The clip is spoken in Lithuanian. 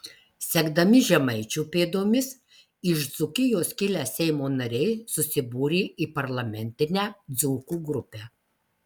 sekdami žemaičių pėdomis iš dzūkijos kilę seimo nariai susibūrė į parlamentinę dzūkų grupę